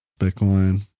bitcoin